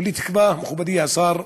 כולי תקווה, מכובדי השר,